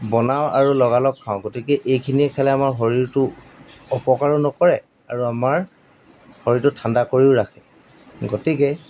বনাওঁ আৰু লগালগ খাওঁ গতিকে এইখিনিয়ে খেলে আমাৰ শৰীৰটো অপকাৰো নকৰে আৰু আমাৰ শৰীৰটো ঠাণ্ডা কৰিও ৰাখে গতিকে